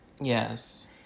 Yes